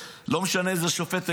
לא משנה איזה שופט עליון,